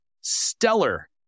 stellar